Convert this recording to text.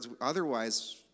otherwise